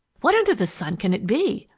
what under the sun can it be?